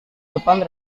depan